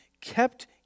kept